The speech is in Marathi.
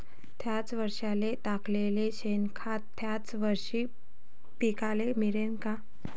थ्याच वरसाले टाकलेलं शेनखत थ्याच वरशी पिकाले मिळन का?